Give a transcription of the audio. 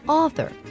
author